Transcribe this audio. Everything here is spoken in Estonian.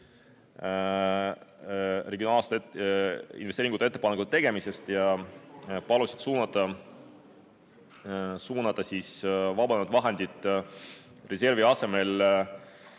regionaalsete investeeringute ettepanekute tegemisest ja palusid suunata vabanevad vahendid reservi asemel